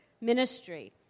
ministry